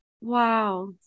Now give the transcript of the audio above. Wow